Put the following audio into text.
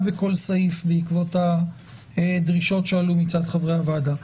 בכל סעיף בעקבות הדרישות שעלו מצד חברי הוועדה.